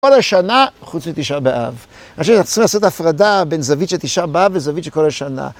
כל השנה, חוץ מתשעה באב. אני חושב שצריכים לעשות הפרדה בין זווית של תשעה באב לזווית של כל השנה.